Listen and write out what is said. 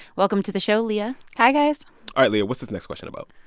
welcome to the show, leah hi, guys all right, leah, what's this next question about?